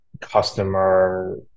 customer